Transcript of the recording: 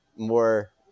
more